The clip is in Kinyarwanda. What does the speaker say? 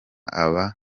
aba